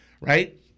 Right